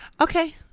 Okay